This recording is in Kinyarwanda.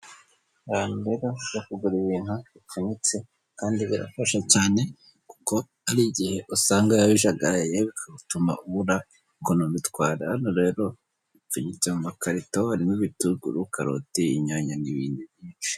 Abantu baba baje kugura ibintu bipfubitse kandi birafasha cyane kuko hari igihe usanga biba bijagaraye, bigatuma ubura ukuntu ubitwara. Hano rero bipfunyitse mu makarito, harimo ibitunguru, karoti, inyanya n'ibindi byinshi.